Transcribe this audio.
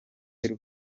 y’u